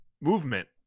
movement